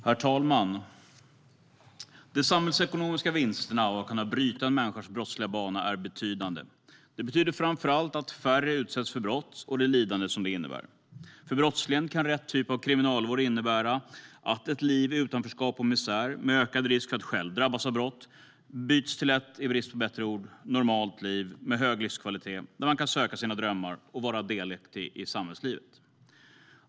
Herr talman! De samhällsekonomiska vinsterna av att kunna bryta en människas brottsliga bana är betydande. Det betyder framför allt att färre utsätts för brott och det lidande som det innebär. För brottslingen kan rätt typ av kriminalvård innebära att ett liv i utanförskap och misär med ökad risk att själv drabbas av brott byts till ett, i brist på bättre ord, normalt liv med hög livskvalitet där man kan söka sina drömmar och vara delaktig i samhällslivet.